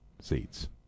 seats